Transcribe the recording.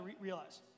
realize